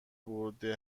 برده